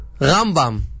Rambam